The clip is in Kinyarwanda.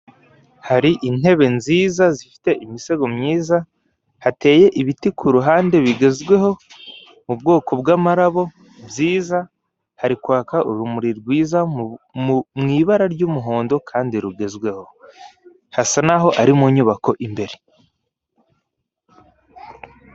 Hari intebe nziza zifite imisego myiza. Hateye ibiti ku ruhande bigezweho mu bwoko bw'amarabo byiza. Hari kwaka urumuri rwiza mw'ibara ry'umuhondo kandi rugezweho. Hasa naho ari mu nyubako imbere.